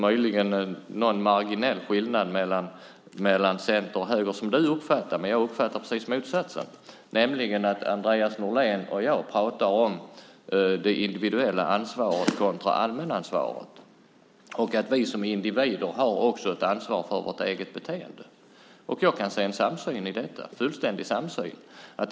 Möjligen finns det någon marginell skillnad mellan center och höger som du uppfattar, men jag uppfattar precis motsatsen. Andreas Norlén och jag pratar nämligen om det individuella ansvaret kontra allmänansvaret, att vi som individer har ett ansvar för vårt eget beteende. Jag kan se en fullständig samsyn i detta.